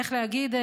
איך להגיד,